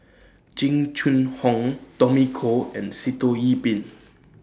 Jing Jun Hong Tommy Koh and Sitoh Yih Pin